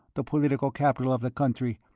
the political capital of the country,